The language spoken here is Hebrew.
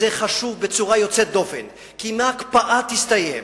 זה חשוב בצורה יוצאת דופן, כי אם ההקפאה תסתיים